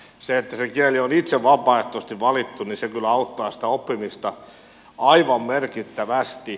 se että se kieli on itse vapaaehtoisesti valittu kyllä auttaa sitä oppimista aivan merkittävästi